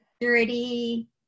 security